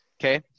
okay